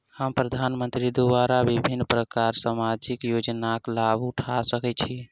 हम प्रधानमंत्री द्वारा विभिन्न प्रकारक सामाजिक योजनाक लाभ उठा सकै छी?